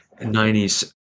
90s